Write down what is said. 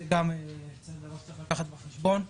זה גם דבר שצריך לקחת בחשבון,